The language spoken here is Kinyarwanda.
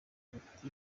politiki